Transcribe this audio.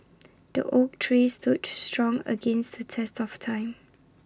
the oak tree stood strong against the test of time